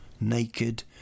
naked